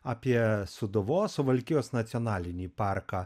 apie sūduvos suvalkijos nacionalinį parką